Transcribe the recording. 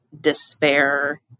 despair